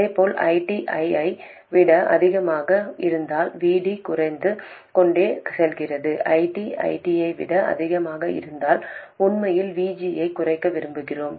இதேபோல் ID ஐ விட அதிகமாக இருந்தால் VDகுறைந்து கொண்டே செல்கிறது ID ID ஐ விட அதிகமாக இருந்தால் உண்மையில் விஜியைக் குறைக்க விரும்புகிறோம்